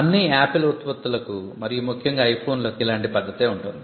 అన్ని ఆపిల్ ఉత్పత్తులకు మరియు ముఖ్యంగా ఐఫోన్లకు ఇలాంటి పద్ధతే ఉంటుంది